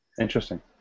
Interesting